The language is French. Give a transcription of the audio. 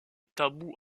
tabou